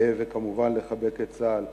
וכמובן לחבק את צה"ל.